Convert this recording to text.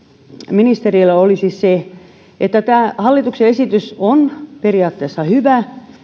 ministerille olisi tämä hallituksen esitys on periaatteessa hyvä